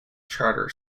charter